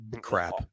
crap